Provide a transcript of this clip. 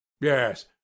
yes